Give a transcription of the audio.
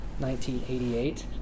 1988